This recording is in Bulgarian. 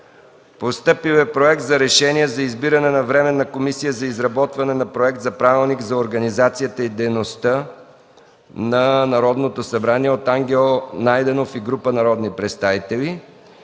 Постъпил е Проект за решение за избиране на Временна комисия за изработване на Проект за Правилник за организацията и дейността на Народното събрание от Ангел Найденов и група народни представители.